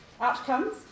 outcomes